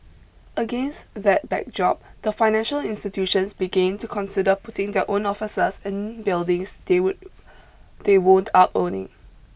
against that backdrop the financial institutions began to consider putting their own offices in buildings they would they would up owning